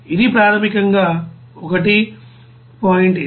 ఇది ప్రాథమికంగా 1